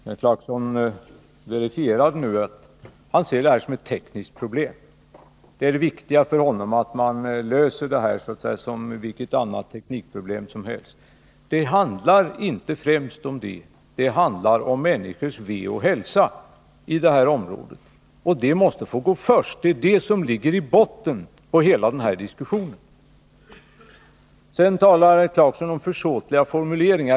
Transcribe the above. Herr talman! Rolf Clarkson verifierade att han ser det här som ett tekniskt problem. Det viktigaste för honom är att man löser problemet som vilket annat tekniskt problem som helst. Vad det handlar om är inte främst den saken, utan det handlar om de människors väl och ve som bor i det här området. Det måste få gå först, eftersom det ligger i botten på hela den här diskussionen. Rolf Clarkson talar om försåtliga formuleringar.